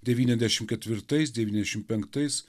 devyniasdešimt ketvirtais devyniasdešimt penktais